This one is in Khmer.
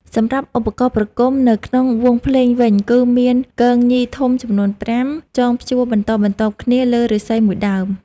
សម្រាប់ឧបករណ៍ប្រគំនៅក្នុងវង់ភ្លេងវិញគឺមានគងញីធំចំនួន៥ ចងព្យួរបន្ដបន្ទាប់គ្នាលើឫស្សីមួយដើម។